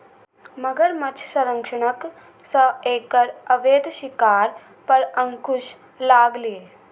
मगरमच्छ संरक्षणक सं एकर अवैध शिकार पर अंकुश लागलैए